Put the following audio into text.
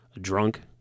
drunk